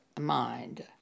mind